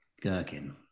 Gherkin